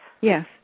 Yes